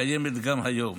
הקיימת גם היום,